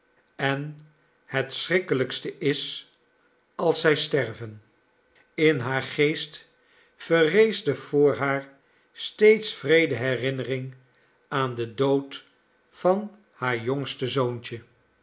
en het schrikkelijkste is als zij sterven in haar geest verrees de voor haar steeds wreede herinnering aan den dood van haar jongste zoontje